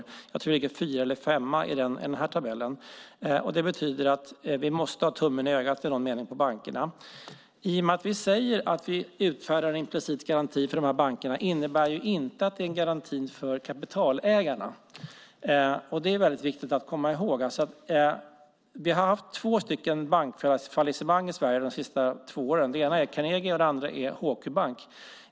Jag tror att vi ligger fyra eller femma i den tabellen. Det betyder att vi måste ha tummen i ögat i någon mening på bankerna. Att vi utfärdar implicit garanti för de här bankerna innebär inte att det är en garanti för kapitalägarna. Det är viktigt att komma ihåg. Vi har haft två bankfallissemang i Sverige de senaste två åren - det ena Carnegie och det andra HQ Bank.